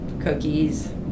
cookies